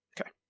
Okay